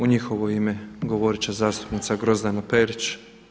U njihovo ime govoriti će zastupnica Grozdana Perić.